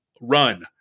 run